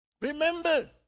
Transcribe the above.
remember